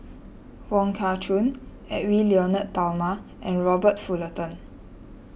Wong Kah Chun Edwy Lyonet Talma and Robert Fullerton